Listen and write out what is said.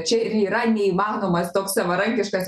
čia ir yra neįmanomas toks savarankiškas